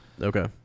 Okay